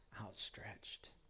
outstretched